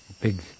big